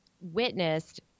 witnessed